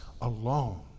alone